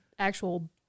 Actual